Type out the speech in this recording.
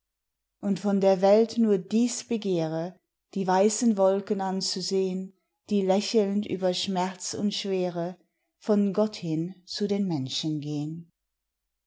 und von der welt nur dies begehre die weißen wolken anzusehn die lächelnd über schmerz und schwere von gott hin zu den menschen gehn